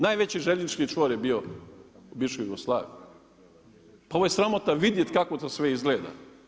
Najveći željeznički čvor je bio u bivšoj Jugoslaviji, pa ovo je sramota vidjeti kako to sve izgleda.